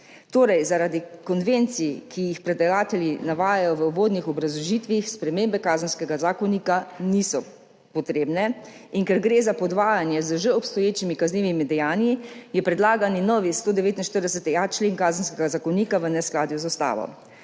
Torej, zaradi konvencij, ki jih predlagatelji navajajo v uvodnih obrazložitvah, spremembe Kazenskega zakonika niso potrebne, in ker gre za podvajanje z že obstoječimi kaznivimi dejanji, je predlagani novi 149.a člen Kazenskega zakonika v neskladju z ustavo.